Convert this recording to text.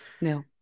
No